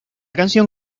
canción